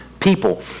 people